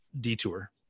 detour